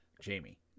Jamie